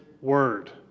word